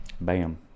bam